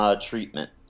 treatment